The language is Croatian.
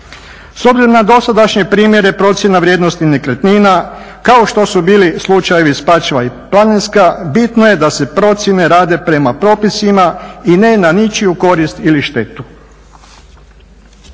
S obzirom na dosadašnje primjene procjena vrijednosti nekretnina, kao što su bili slučajevi … i Planinska bitno je da se procjene rade prema propisima i ne na ničiju korist ili štetu.